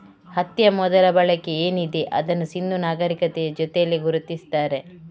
ಹತ್ತಿಯ ಮೊದಲ ಬಳಕೆ ಏನಿದೆ ಅದನ್ನ ಸಿಂಧೂ ನಾಗರೀಕತೆಯ ಜೊತೇಲಿ ಗುರುತಿಸ್ತಾರೆ